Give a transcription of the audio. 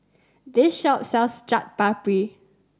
this shop sells Chaat Papri